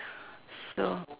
so